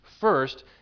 First